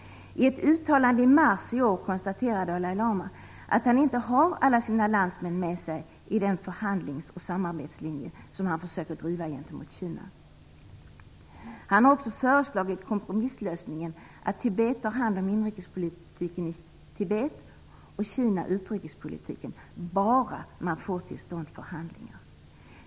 I ett uttalande i mars i år konstaterar Dalai Lama att han inte har alla sina landsmän med sig i den förhandlings och samarbetslinje som han försöker driva gentemot Kina. Han har också föreslagit kompromisslösningen att Tibet tar hand om inrikespolitiken i Tibet och att Kina tar hand om utrikespolitiken, bara man får till stånd förhandlingar.